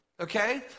Okay